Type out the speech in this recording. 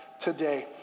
today